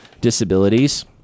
disabilities